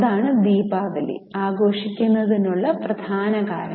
അതാണ് ദീപാവലി ആഘോഷിക്കുന്നതിനുള്ള പ്രധാന കാരണം